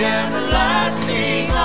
everlasting